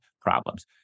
problems